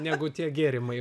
negu tie gėrimai